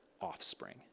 offspring